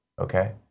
okay